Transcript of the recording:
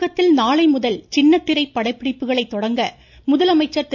தமிழகத்தில் நாளைமுதல் சின்னத்திரை படப்பிடிப்புகளை தொடங்க முதலமைச்சர் திரு